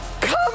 Come